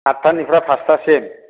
आतथानिफ्राय फासथासिम